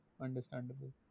Understandable